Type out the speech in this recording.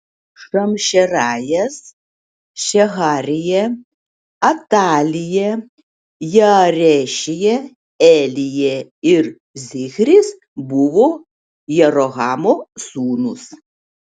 šamšerajas šeharija atalija jaarešija elija ir zichris buvo jerohamo sūnūs